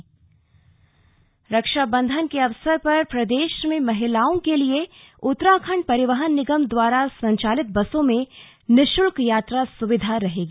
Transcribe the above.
निशुल्क आवागमन रक्षाबंधन के अवसर पर प्रदेश में महिलाओं के लिये उत्तराखण्ड परिवहन निगम द्वारा संचालित बसों में निःशुल्क यात्रा सुविधा रहेगी